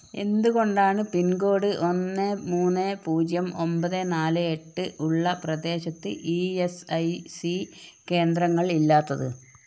എന്തുകൊണ്ടാണ് പിൻകോഡ് ഒന്ന് മൂന്ന് പൂജ്യം ഒൻപത് നാല് എട്ട് ഉള്ള പ്രദേശത്ത് ഇ എസ് ഐ സി കേന്ദ്രങ്ങൾ ഇല്ലാത്തത്